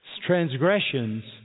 transgressions